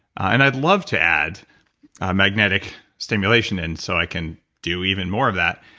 and i'd love to add magnetic stimulation in so i can do even more of that.